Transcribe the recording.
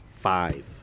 five